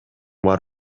бар